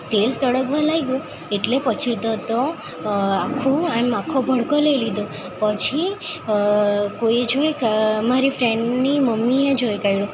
તેલ સળગવા લાગ્યું એટલે એટલે પછી તો તો આખું આમ આખો ભડકો લઈ લીધો પછી કોઈ જોઈ કે આ મારી ફ્રેન્ડની મમ્મીએ જોઈ કાઢ્યું